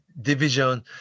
division